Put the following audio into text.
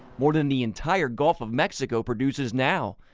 more than the entire gulf of mexico produces now.